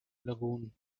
lagoon